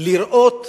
לראות